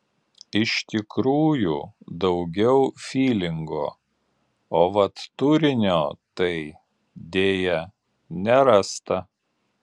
iš tikrųjų daugiau fylingo o vat turinio tai deja nerasta